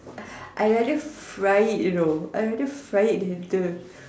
I'd rather fry it you know I'd rather fry it later